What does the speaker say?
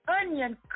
Onion